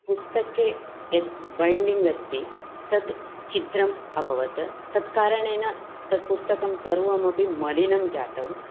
पुस्तके यद् बैण्डिङ्ग् अस्ति तद् छिद्रम् अभवत् तत्कारणेन तत् पुस्तकं सर्वमपि मलिनं जातम्